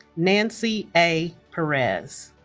nancy a. perez